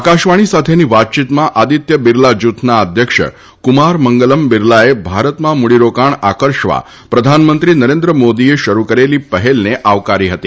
આકાશવાણી સાથેની વાતચીતમાં આદિત્ય બિરલા જૂથના અધ્યક્ષ ક્રમાર મંગલમ બિરલાએ ભારતમાં મૂડી રોકાણ આકર્ષવા પ્રધાનમંત્રી નરેન્દ્ર મોદીએ શરૂ કરેલી પહેલને આવકારી હતી